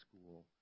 school